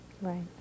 Right